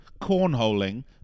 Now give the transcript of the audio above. cornholing